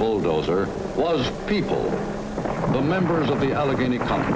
bulldozer was people the members of the allegheny county